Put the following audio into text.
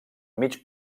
mig